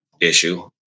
issue